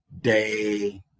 day